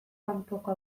kanpoko